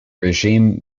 regime